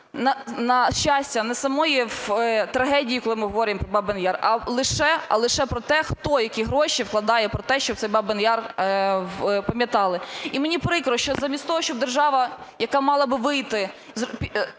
На щастя, не самої трагедії, коли ми обговорюємо про Бабин Яр, а лише про те, хто, які гроші вкладає про те, щоб цей Бабин Яр пам'ятали. І мені прикро, що замість того, щоб держава, яка мала би вийти,